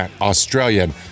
Australian